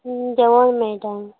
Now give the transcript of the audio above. जेवाण मेयटा